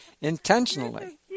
intentionally